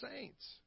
saints